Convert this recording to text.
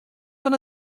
fan